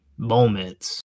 Moments